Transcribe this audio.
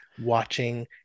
watching